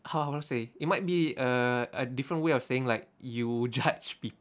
how to say it might be a a different way of saying like you judge people